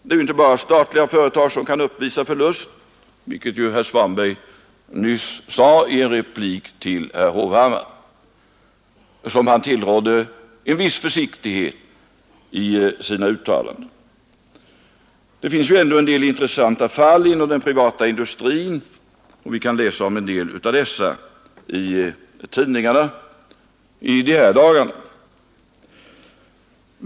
Det är ju inte bara statliga företag som kan uppvisa förlust; det sade herr Svanberg nyss i en replik till herr Hovhammar, som han tillrådde viss försiktighet i sina uttalanden. Det finns ändå en del intressanta fall inom den privata industrin, och vi kan läsa om några av dem i tidningarna de här dagarna.